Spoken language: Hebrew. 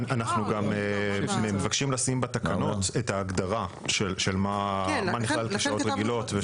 אנחנו גם מבקשים לשים בתקנות את ההגדרה של מה נכלל בשעות רגילות.